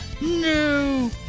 No